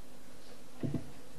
עוד לפני מלחמת ששת הימים,